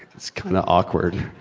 it's kinda awkward.